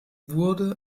wurde